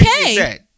okay